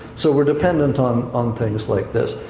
so we're dependent on, on things like this.